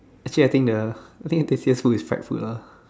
actually I think the I think the tastiest food is fried food ah